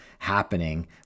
happening